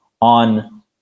on